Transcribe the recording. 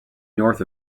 north